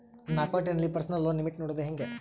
ನನ್ನ ಅಕೌಂಟಿನಲ್ಲಿ personal loan limit ನೋಡದು ಹೆಂಗೆ?